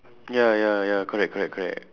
ya ya ya correct correct correct